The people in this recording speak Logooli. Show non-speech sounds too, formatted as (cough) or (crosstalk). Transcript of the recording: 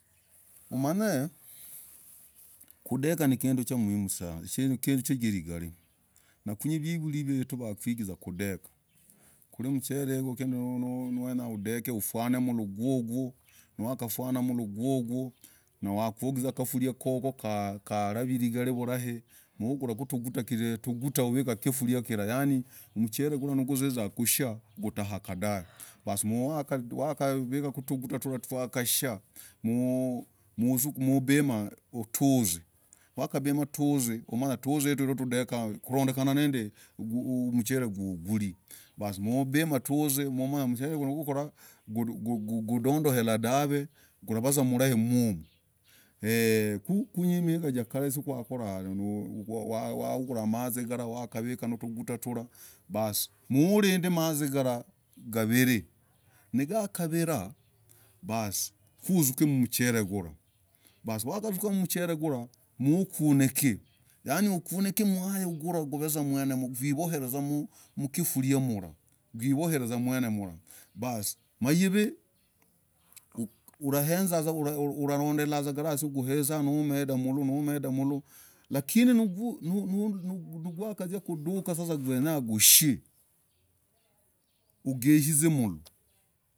Humany (hesitation) kundekah nikinduu cha mhimm sana chaligali na kwiri vivulii viyetuu wakwigizaa kundekah kulii mchel (hesitation) uguu nonono uwenyah kudekah ufun (hesitation) mlooo gwooguu waka fuanaa mlooo gwooguu nawaogizah kafuria gugungwoo yakulavah vulai mo vugulah ku tugutaakirah yani mchel (hesitation) nokuziah kushiah utakah dahv (hesitation) basi nokavikah tugutah gwoo (hesitation) mmmuzuka no bimaah tuzii waka bimaah tuzii tuzii udekaa kulondekena na mchel (hesitation) ugulii basi na ubimaah tuzii ulamanya mchel (hesitation) guu yadodorevah dahv (hesitation) kuravavuzaa vulai mm (hesitation) eeeee (hesitation) (hesitation) kwinyii miigaa zakale kuzakuraa (hesitation) mazii nokavikah notuguta trah basi nulinde mazii galah gavir (hesitation) nigakavirah basi kuzukemm mchel (hesitation) gulah basi wakazu (hesitation) mchel (hesitation) gulah ma ukunik (hesitation) yani ukunik (hesitation) mwayaagulah hivoel (hesitation) vuzaa mwenevulah basi na hiv (hesitation) ulaezah vunzaah galaaa izupuu naumendaamloo vuzaa naumendaamloo naumendamloo lakini yakaduka sasa gwenya gushi (hesitation) ugeizeemoo.